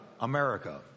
America